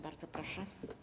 Bardzo proszę.